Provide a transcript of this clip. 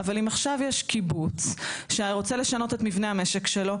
אבל אם עכשיו יש קיבוץ שרוצה לשנות את מבני המשק שלו,